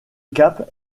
cap